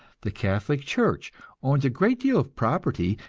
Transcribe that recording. the catholic church owns a great deal of property,